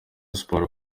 sports